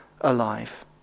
alive